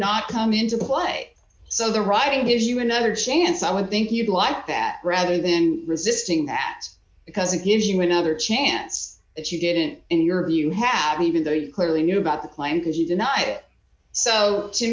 not come into play so the writing gives you another chance i would think you'd like that rather than resisting that because it gives you another chance that you didn't in your view have even though you clearly knew about the plan because you denied it so to